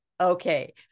okay